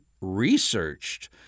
researched